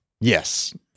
Yes